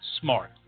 Smart